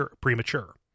premature